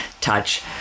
touch